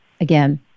Again